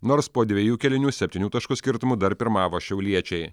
nors po dviejų kėlinių septynių taškų skirtumu dar pirmavo šiauliečiai